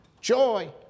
joy